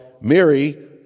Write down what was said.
Mary